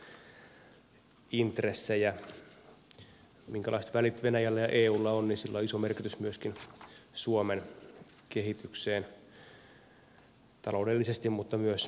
sillä minkälaiset välit venäjällä ja eulla on on iso merkitys myöskin suomen kehitykselle taloudellisesti mutta myös laajemminkin